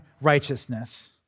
righteousness